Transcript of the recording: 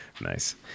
Nice